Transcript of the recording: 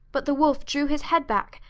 but the wolf drew his head back,